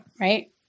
Right